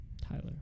Tyler